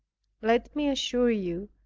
let me assure you,